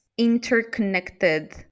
interconnected